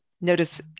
notice